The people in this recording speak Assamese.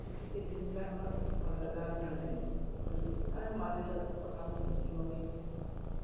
কিন্তু সেই দিনবিলাক আমাৰ বহুত ভাল লগা আছিলে খুব ভাল লাগিছিলে আৰু মা দেউতাৰ কথাও শুনিছিলোঁ আমি